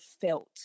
felt